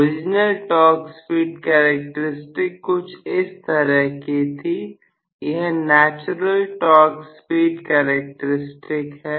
original torque speed characteristic कुछ इस तरह की थी यह नेचुरल टॉर्क स्पीड कैरेक्टरिस्टिक है